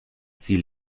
sie